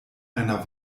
einer